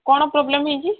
କ'ଣ ପ୍ରୋବ୍ଲେମ ହେଇଛି